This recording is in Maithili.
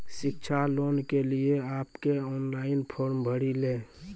शिक्षा लोन के लिए आप के ऑनलाइन फॉर्म भरी ले?